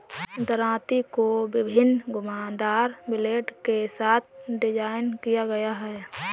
दरांती को विभिन्न घुमावदार ब्लेड के साथ डिज़ाइन किया गया है